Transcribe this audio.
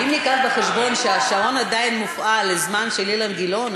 אם נביא בחשבון שהשעון עדין מופעל על הזמן של אילן גילאון,